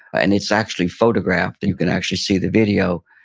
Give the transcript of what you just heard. and it's actually photographed and you can actually see the video,